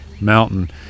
mountain